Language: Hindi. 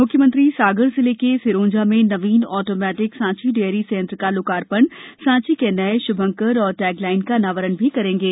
मुख्यमंत्री सागर जिले के सिरोंजा में नवीन ऑटोमेटिक साँची डेयरी संयंत्र का लोकार्पण सांची के नए शुभंकर और टैग लाइन का अनावरण भी करेंगे